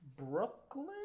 Brooklyn